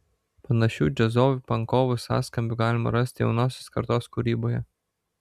panašių džiazovai pankovų sąskambių galima rasti jaunosios kartos kūryboje